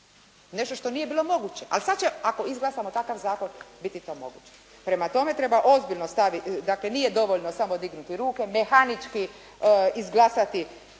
Nešto što nije bilo moguće. Ali sada će, ako izglasamo takav zakon biti to moguće. Prema tome, treba ozbiljno, dakle nije dovoljno samo dignuti ruke, mehanički izglasati